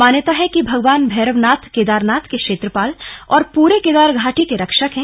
मान्यता है कि भगवान भैरवनाथ केदारनाथ के क्षेत्रपाल और पूरे केदारघाटी के रक्षक है